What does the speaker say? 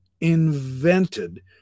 invented